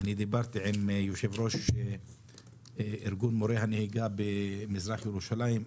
אני דיברתי עם יושב ראש ארגון מורי הנהיגה במזרח ירושלים,